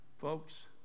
Folks